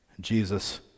Jesus